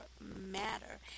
matter